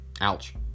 Ouch